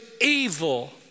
evil